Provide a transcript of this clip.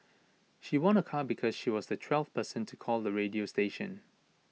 she won A car because she was the twelfth person to call the radio station